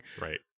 Right